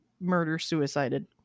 murder-suicided